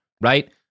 right